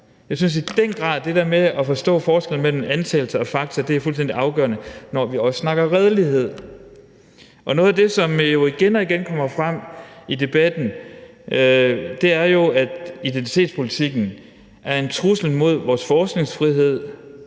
den grad, at det der med at forstå forskellen mellem antagelse og fakta er fuldstændig afgørende, når vi også snakker om redelighed. Noget af det, som jo igen og igen kommer frem i debatten, er, at identitetspolitikken er en trussel mod vores forskningsfrihed